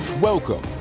Welcome